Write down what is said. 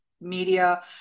media